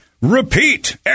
repeat